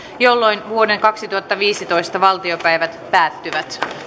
jolloin vuoden kaksituhattaviisitoista valtiopäivät päättyvät